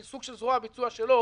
שהיא סוג של זרוע הביצוע שלו,